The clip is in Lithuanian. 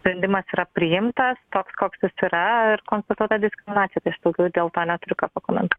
sprendimas yra priimtas toks koks jis yra ir konstatuota diskriminacija tai aš daugiau dėl to neturiu ką pakomentuot